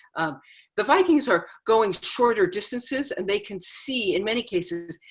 um the vikings are going shorter distances and they can see in many cases,